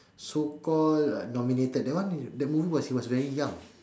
so called uh nominated that one is that movie was he was very young